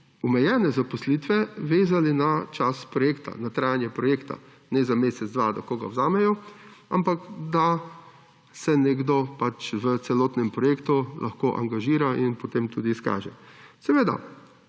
omejene zaposlitve vezali na čas projekta, na trajanje projekta, ne za mesec, dva, da koga vzamejo, ampak da se nekdo pač v celotnem projektu lahko angažira in potem tudi izkaže. Seveda